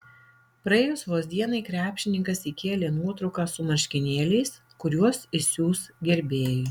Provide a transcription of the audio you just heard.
praėjus vos dienai krepšininkas įkėlė nuotrauką su marškinėliais kuriuos išsiųs gerbėjui